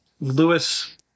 Lewis